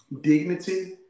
dignity